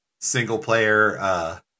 single-player